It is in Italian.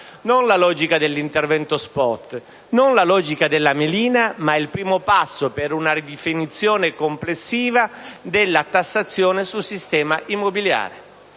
non la logica dell'intervento *spot*, non quella della melina, ma il primo passo per una ridefinizione complessiva della tassazione sul sistema immobiliare.